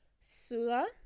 Sula